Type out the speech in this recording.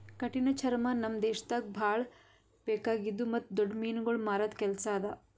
ಕಠಿಣ ಚರ್ಮ ನಮ್ ದೇಶದಾಗ್ ಭಾಳ ಬೇಕಾಗಿದ್ದು ಮತ್ತ್ ದೊಡ್ಡ ಮೀನುಗೊಳ್ ಮಾರದ್ ಕೆಲಸ ಅದಾ